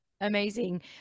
amazing